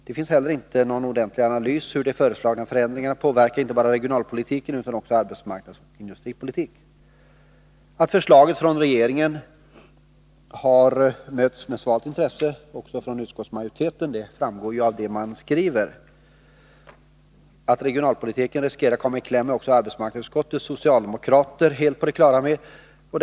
Det finns inte heller någon analys av hur de föreslagna förändringarna påverkar inte bara regionalpolitiken utan också arbetsmarknadsoch industripolitiken. Att förslaget från regeringen har mötts med svalt intresse även från utskottsmajoriteten framgår av vad man skriver. Att regionalpolitiken riskerar komma i kläm är också arbetsmarknadsutskottets socialdemokrater helt på det klara med.